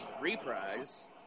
reprise